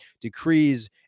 decrees